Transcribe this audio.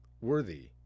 worthy